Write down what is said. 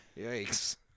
Yikes